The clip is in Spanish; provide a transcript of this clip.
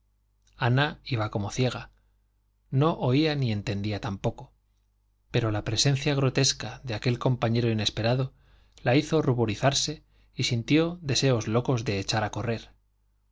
ana iba como ciega no oía ni entendía tampoco pero la presencia grotesca de aquel compañero inesperado la hizo ruborizarse y sintió deseos locos de echar a correr